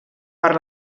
per